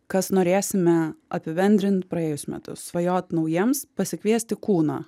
kas norėsime apibendrint praėjus metus svajot naujiems pasikviesti kūną